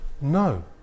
no